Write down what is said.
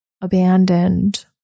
abandoned